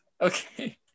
Okay